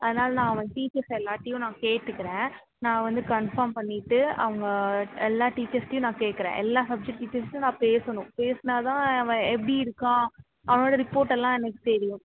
அதனால் நான் அவன் டீச்சர்ஸ் எல்லார்டையும் நான் கேட்டுக்கறேன் நான் வந்து கன்ஃபார்ம் பண்ணிட்டு அவங்க எல்லா டீச்சர்ஸ்டையும் நான் கேட்கறேன் எல்லா சப்ஜெக்ட் டீச்சர்ஸ்டையும் நான் பேசணும் பேசுனா தான் அவன் எப்படி இருக்கான் அவனோட ரிப்போர்ட்டு எல்லாம் எனக்கு தெரியும்